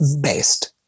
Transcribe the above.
based